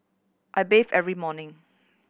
I bathe every morning